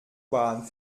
bahn